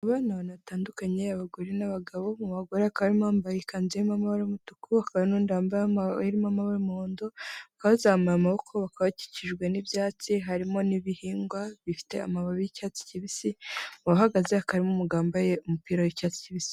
Aba ni abantu batandukanye abagore n'abagabo, mu bagore bakaba harimo uwambaye ikanzu y'amabara y'umutuku, hakaba hari undi wambaye irimo amabara y'umuhondo, bakaba bazamuye amaboko, bakaba bakikijwe n'ibyatsi harimo n'ibihingwa bifite amababi y'icyatsi kibisi, barahagaze hakaba harimo umugabo wambaye umupira w'cyatsi kibisi.